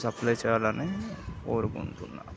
supply చేయాలని కోరుకుంటున్నాను